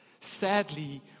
Sadly